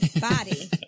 body